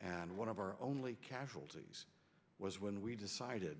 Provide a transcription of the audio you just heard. and one of our only casualties was when we decided